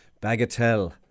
Bagatelle